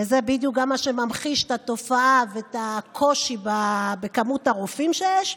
וזה בדיוק מה שממחיש את התופעה ואת הקושי בכמות הרופאים שיש,